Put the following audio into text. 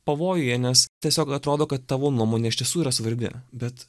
pavojuje nes tiesiog atrodo kad tavo nuomonė iš tiesų yra svarbi bet